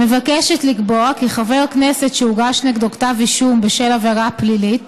מבקשת לקבוע כי חבר כנסת שהוגש נגדו כתב אישום בשל עבירה פלילית